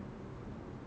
ya